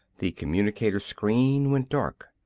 the communicator's screen went dark.